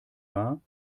war